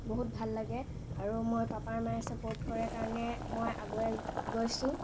বহুত ভাল লাগে আৰু মই পাপাই মায়ে চাপৰ্ট কৰে কাৰণে মই আগুৱাই গৈছোঁ